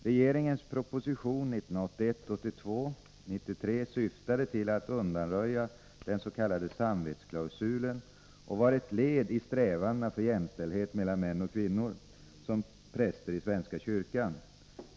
Regeringens proposition 1981/82:93 syftade till att undanröja den s.k. samvetsklausulen och var ett led i strävandena för jämställdhet mellan män och kvinnor som präster i svenska kyrkan.